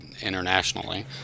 internationally